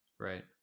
Right